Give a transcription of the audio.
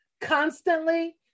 constantly